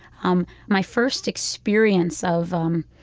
um my first experience of um